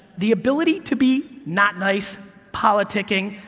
the ability to be not nice, politicking,